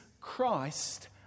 Christ